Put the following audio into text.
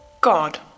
God